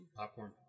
popcorn